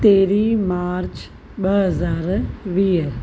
तेरहीं मार्च ॿ हज़ार वीह